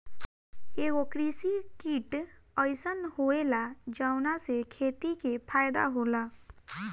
एगो कृषि किट अइसन होएला जवना से खेती के फायदा होला